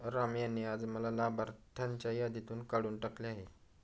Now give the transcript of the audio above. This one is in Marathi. राम यांनी आज मला लाभार्थ्यांच्या यादीतून काढून टाकले आहे